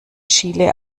chile